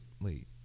wait